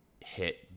hit